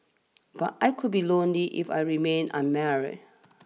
but I could be lonely if I remained unmarried